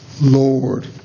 Lord